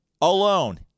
alone